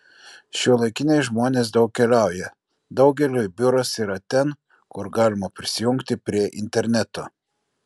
šiuolaikiniai žmonės daug keliauja daugeliui biuras yra ten kur galima prisijungti prie interneto